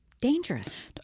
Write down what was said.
Dangerous